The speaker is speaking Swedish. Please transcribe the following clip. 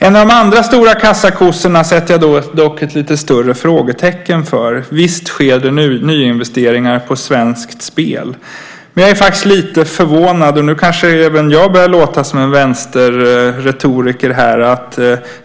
En av de andra stora kassakossorna sätter jag dock ett lite större frågetecken för. Visst sker det nyinvesteringar på Svenska Spel. Men jag är lite förvånad. Jag kanske börjar låta som vänsterretoriker här.